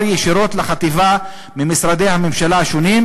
ישירות לחטיבה ממשרדי הממשלה השונים,